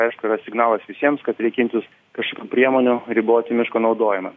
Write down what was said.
aišku yra signalas visiems kad reikia imtis kažkokių priemonių riboti miško naudojimą